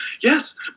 Yes